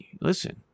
listen